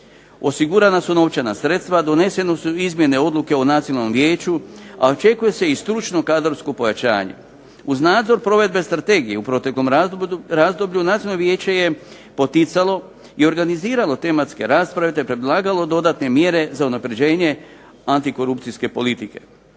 Osigurana su novčana sredstva, donesene su izmjene i odluke o Nacionalnom vijeću, a očekuje se i stručno kadrovsko pojačanje. Uz nadzor provedbe strategije u proteklom razdoblju Nacionalno vijeće je poticalo i organiziralo tematske rasprave te predlagalo dodatne mjere za unapređenje antikorupcijske politike.